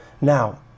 Now